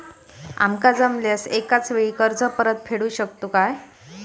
आमका जमल्यास एकाच वेळी कर्ज परत फेडू शकतू काय?